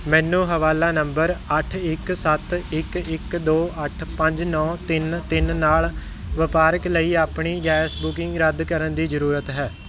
ਮੈਨੂੰ ਹਵਾਲਾ ਨੰਬਰ ਅੱਠ ਇੱਕ ਸੱਤ ਇੱਕ ਇੱਕ ਦੋ ਅੱਠ ਪੰਜ ਨੌਂ ਤਿੰਨ ਤਿੰਨ ਨਾਲ ਵਪਾਰਕ ਲਈ ਆਪਣੀ ਗੈਸ ਬੁਕਿੰਗ ਰੱਦ ਕਰਨ ਦੀ ਜ਼ਰੂਰਤ ਹੈ